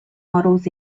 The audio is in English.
models